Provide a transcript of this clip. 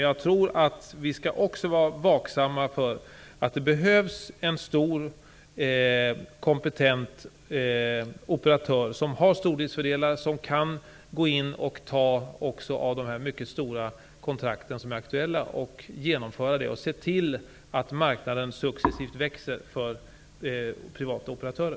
Jag tror att vi också skall vara vaksamma inför att det behövs en stor, kompetent operatör, som har stordriftsfördelar, som kan gå in och ta av de mycket stora kontrakt som är aktuella, uppfylla dem och se till att marknaden successivt växer för privata operatörer.